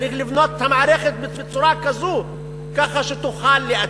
צריך לבנות את המערכת בצורה כזו שתוכל לאתר.